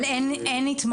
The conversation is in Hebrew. אבל אין התמחות?